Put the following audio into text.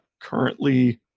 currently